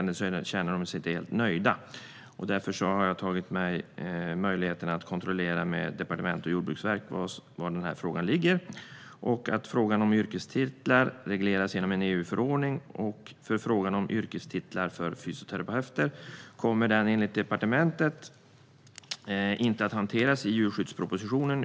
De känner sig inte helt nöjda med vårt motionssvar i betänkandet. Därför har jag kontrollerat med departementet och Jordbruksverket var ansvaret för den här frågan ligger. Frågan om yrkestitlar regleras genom en EU-förordning och frågan om yrkestitel för fysioterapeuter kommer enligt departementet inte att hanteras i djurskyddspropositionen.